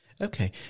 Okay